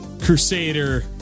crusader